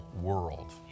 world